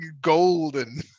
golden